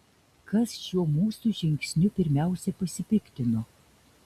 kas šiuo mūsų žingsniu pirmiausia pasipiktino